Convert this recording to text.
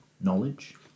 Knowledge